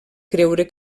creure